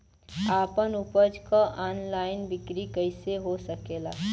आपन उपज क ऑनलाइन बिक्री कइसे हो सकेला?